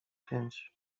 pięć